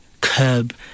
curb